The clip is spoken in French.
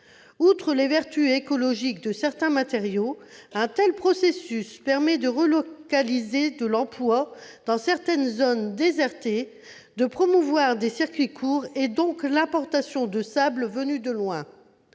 Outre les vertus écologiques de certains matériaux, un tel processus permet de relocaliser de l'emploi dans certaines zones désertées, de promouvoir des circuits courts et de contrecarrer l'importation de sable venu de loin.